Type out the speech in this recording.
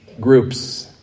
groups